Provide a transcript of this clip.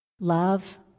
Love